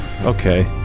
Okay